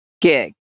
gig